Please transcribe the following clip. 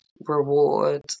reward